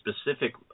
specific